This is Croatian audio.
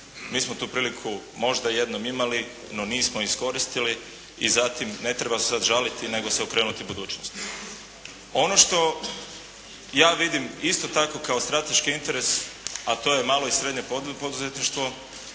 mi smo tu priliku možda jednom imali no nismo iskoristili i za tim ne treba sad žaliti nego se okrenuti budućnosti. Ono što ja vidim isto tako kao strateški interes a to je malo i srednje poduzetništvo